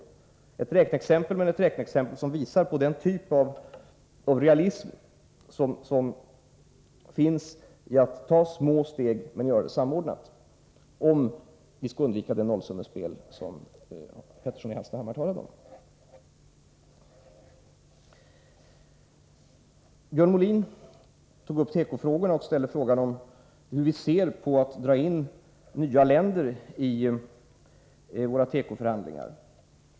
Det är räkneexempel, men det visar på den realism som finns i strategin att ta små steg men göra det samordnat, om vi skall undvika det nollsummespel som Hans Petersson i Hallstahammar talade om. Björn Molin tog upp tekopolitiken och ställde frågan hur vi ser på att dra in nya länder i våra tekoförhandlingar.